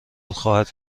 خواهد